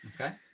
Okay